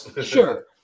Sure